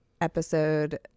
episode